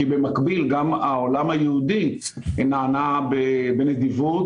כי במקביל גם העולם היהודי נענה בנדיבות,